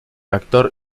actor